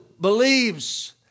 believes